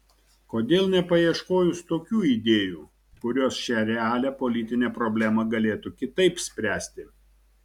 kodėl nepaieškojus tokių idėjų kurios šią realią politinę problemą galėtų kitaip spręsti